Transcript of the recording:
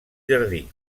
jardí